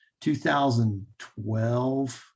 2012